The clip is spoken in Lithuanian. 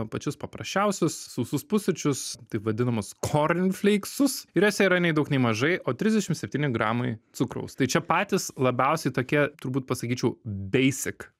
pačius paprasčiausius sausus pusryčius taip vadinamus korn fleiksus ir jose yra nei daug nei mažai o trisdešimt septyni gramai cukraus tai čia patys labiausiai tokie turbūt pasakyčiau beisik